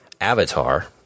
Avatar